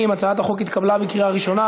ההצעה להעביר את הצעת חוק השכירות והשאילה (תיקון),